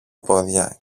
πόδια